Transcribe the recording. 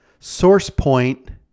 SourcePoint